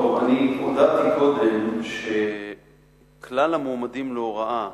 אני הודעתי קודם שכלל המועמדים להוראה